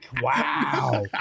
Wow